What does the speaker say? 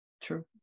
True